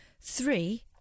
Three